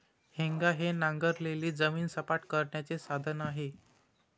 हेंगा हे नांगरलेली जमीन सपाट करण्याचे साधन आहे